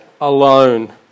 alone